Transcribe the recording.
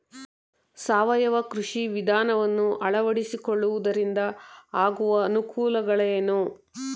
ಸಾವಯವ ಕೃಷಿ ವಿಧಾನವನ್ನು ಅಳವಡಿಸಿಕೊಳ್ಳುವುದರಿಂದ ಆಗುವ ಅನುಕೂಲಗಳೇನು?